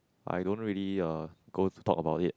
I don't really uh go to talk about it